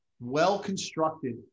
well-constructed